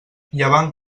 llevant